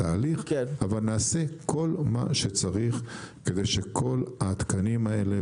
אבל נעשה כל מה שצריך כדי שכל התקנים האלה,